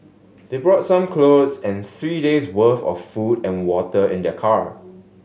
they brought some clothes and three days worth of food and water in their car